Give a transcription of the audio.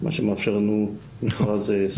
מה שמאפשר לנו מכרז סביר.